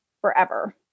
forever